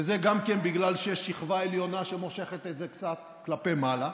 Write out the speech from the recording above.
וזה גם כן בגלל שיש שכבה עליונה שמושכת את זה קצת כלפי מעלה.